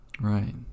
Right